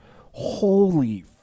Holy